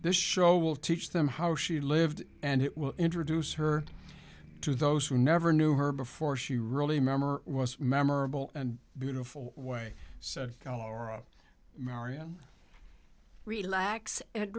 this show will teach them how she lived and it will introduce her to those who never knew her before she really memory was memorable and beautiful way said laura marian relax a